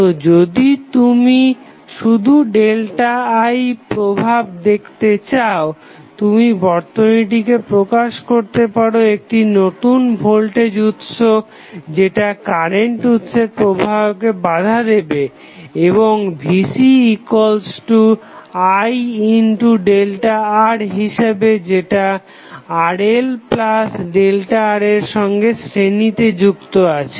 তো যদি তুমি শুধু ΔI প্রভাব দেখতে চাও তুমি বর্তনীটিকে প্রকাশ করতে পারো একটি নতুন ভোল্টেজ উৎস যেটা কারেন্টের প্রবাহকে বাধা দেবে এবং VC I হিসাবে যেটা RLΔR এর সঙ্গে শ্রেণীতে যুক্ত আছে